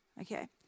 Okay